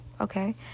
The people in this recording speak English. okay